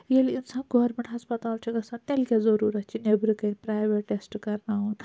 یِیٚلہِ اِنسان گورمیٚنٹ ہَسپَتال چھُ گَژھان تیٚلہِ کیاہ ضرورَت چھِ نٮ۪برٕ کٔنۍ پرَیویٹ ٹیٚسٹ کَرناوُن